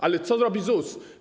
Ale co robi ZUS?